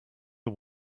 are